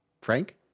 Frank